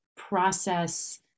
process